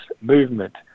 movement